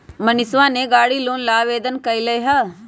मनीषवा ने गाड़ी लोन ला आवेदन कई लय है